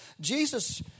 Jesus